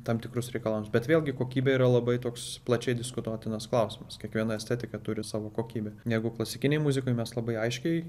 tam tikrus reikalamus bet vėlgi kokybė yra labai toks plačiai diskutuotinas klausimas kiekviena estetika turi savo kokybę negu klasikinėj muzikoj mes labai aiškiai